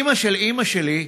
אימא של אימא שלי,